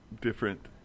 different